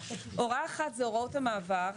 הוראה אחת זה הוראות המעבר,